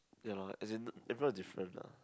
ya as in if not different lah